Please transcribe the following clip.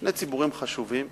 שני ציבורים חשובים,